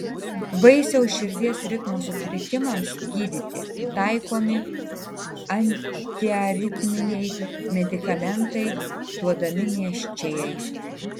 vaisiaus širdies ritmo sutrikimams gydyti taikomi antiaritminiai medikamentai duodami nėščiajai